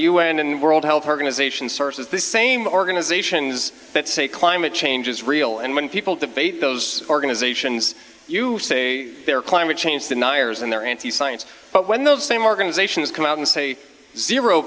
un and world health organization sources the same organizations that say climate change is real and when people debate those organizations you say they're climate change deniers and they're anti science but when those same organizations come out and say zero